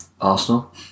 Arsenal